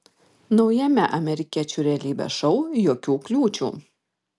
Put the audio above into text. naujame amerikiečių realybės šou jokių kliūčių